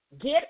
get